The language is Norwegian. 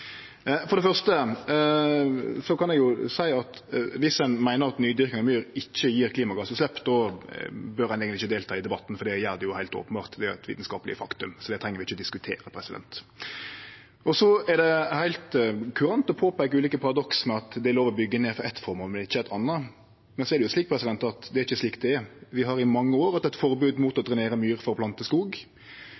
For det første kan eg seie at viss ein meiner at nydyrking av myr ikkje gjev klimagassutslepp, bør ein eigentleg ikkje delta i debatten, for det gjer det jo heilt openbert. Det er eit vitskapeleg faktum, så det treng vi ikkje å diskutere. Det er heilt kurant å påpeike ulike paradoks ved at det er lov å byggje ned for eitt føremål, men ikkje for eit anna. Men så er det slik at det ikkje er slik det er. Vi har i mange år hatt eit forbod mot å